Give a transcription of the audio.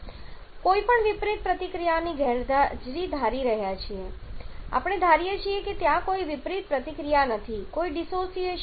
કોઈપણ વિપરીત પ્રતિક્રિયાની ગેરહાજરી ધારી રહ્યા છીએ તેથી આપણે ધારીએ છીએ કે ત્યાં કોઈ વિપરીત પ્રતિક્રિયા નથી કોઈ ડિસોસિએશન નથી